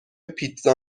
پیتزا